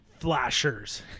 flashers